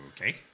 Okay